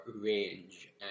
range